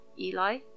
Eli